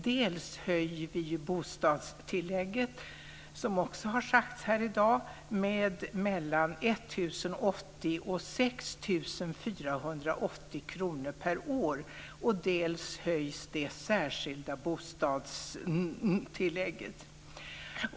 Dels höjs bostadstillägget, som också har sagts här i dag, med mellan 1 080 kr och 6 480 kr per år, dels höjs det särskilda bostadstillägget.